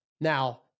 now